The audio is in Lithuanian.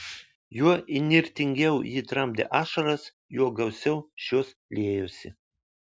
juo įnirtingiau ji tramdė ašaras juo gausiau šios liejosi